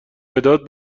مداد